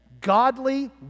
godly